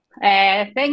Thank